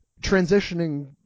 transitioning